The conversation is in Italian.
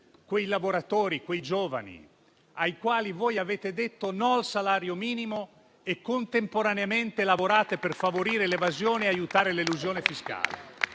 i lavoratori e i giovani ai quali avete detto no al salario minimo, quando contemporaneamente lavorate per favorire l'evasione e aiutare l'elusione fiscale?